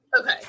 Okay